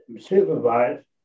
supervised